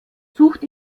sucht